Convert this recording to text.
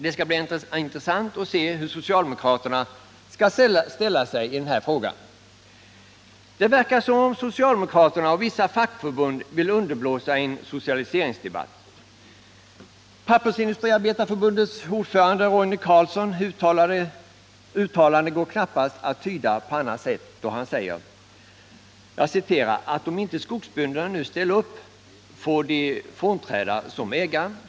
Det skall bli intressant att se hur socialdemokraterna kommer att ställa sig i den här frågan. Det verkar som om socialdemokraterna och vissa fackförbund vill underblåsa en socialiseringsdebatt. Pappersindustriarbetareförbundets ordförande Roine Carlssons uttalande går knappast att tyda på annat sätt, då han säger att om inte skogsbönderna nu ställer upp bör de frånträda som ägare.